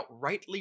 outrightly